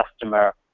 customer